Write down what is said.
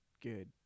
good